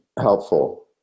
helpful